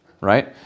right